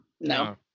No